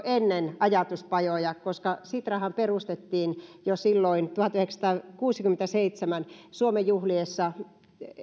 ennen ajatuspajoja koska sitrahan perustettiin jo silloin tuhatyhdeksänsataakuusikymmentäseitsemän suomen juhliessa